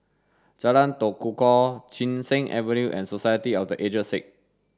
Jalan Tekukor Chin Cheng Avenue and Society of the Aged Sick